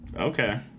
Okay